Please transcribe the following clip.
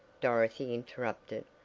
dorothy interrupted,